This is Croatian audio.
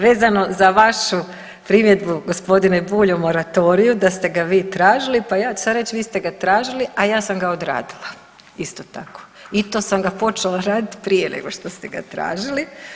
Vezano za vašu primjedbu gospodine Bulj o moratoriju da ste ga vi tražili, pa ja ću sada reći vi ste ga tražili a ja sam ga odradila isto tako i to sam ga počela raditi prije nego što ste ga tražili.